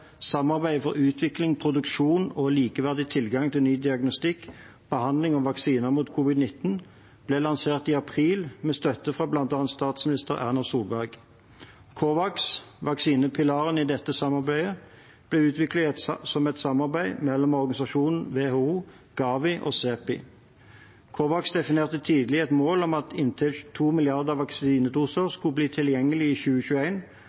samarbeidet for utvikling, produksjon og likeverdig tilgang til ny diagnostikk, behandling og vaksiner mot covid-19, ble lansert i april med støtte fra bl.a. statsminister Erna Solberg. COVAX, vaksinepilaren i dette samarbeidet, ble utviklet som et samarbeid mellom organisasjonene WHO, Gavi og CEPI. COVAX definerte tidlig et mål om at inntil 2 milliarder vaksinedoser skulle bli tilgjengelig i